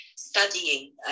studying